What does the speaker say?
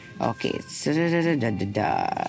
Okay